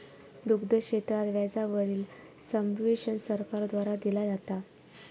दुग्ध क्षेत्रात व्याजा वरील सब्वेंशन सरकार द्वारा दिला जाता